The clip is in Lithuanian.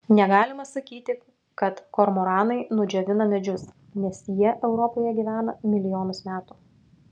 negalima sakyti kad kormoranai nudžiovina medžius nes jie europoje gyvena milijonus metų